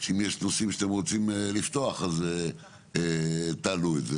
שאם יש נושאים שאתם רוצים לפתוח אז תעלו אותם.